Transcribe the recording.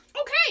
okay